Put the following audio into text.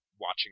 watching